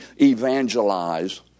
evangelize